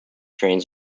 trains